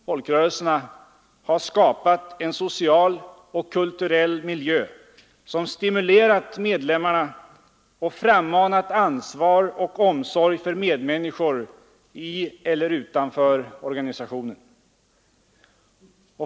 Folkrörelserna har skapat en social och kulturell miljö som stimulerat medlemmarna och frammanat ansvar och omsorg för medmänniskor i eller utanför organisationen.